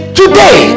today